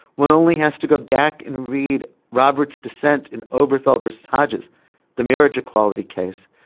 one only has to go back and read roberts dissent and obey revolvers charges the marriage equality case.